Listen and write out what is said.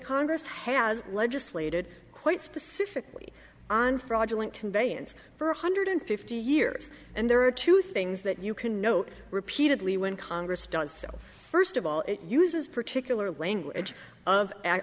congress has legislated quite specifically on fraudulent conveyance for one hundred fifty years and there are two things that you can know repeatedly when congress does so first of all it uses particular language of